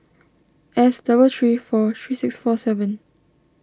S double three four three six four seven